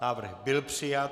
Návrh byl přijat.